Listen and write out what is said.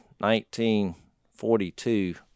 1942